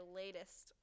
latest